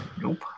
Nope